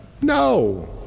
No